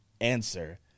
answer